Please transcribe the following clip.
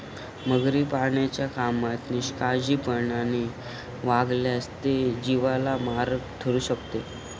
मगरी पाळण्याच्या कामात निष्काळजीपणाने वागल्यास ते जीवाला मारक ठरू शकते